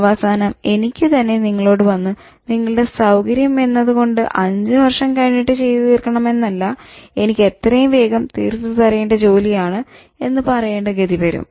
അവസാനം എനിക്ക് തന്നെ നിങ്ങളോട് വന്ന് "നിങ്ങളുടെ സൌകര്യം എന്നത് കൊണ്ട് 5 വർഷം കഴിഞ്ഞിട്ട് ചെയ്ത് തീർക്കണമെന്നല്ല എനിക്ക് എത്രയും വേഗം തീർത്തു തരേണ്ട ജോലിയാണ്" എന്ന് പറയേണ്ട ഗതി വരും